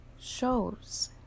shows